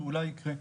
או אולי ייקרה,